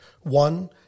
One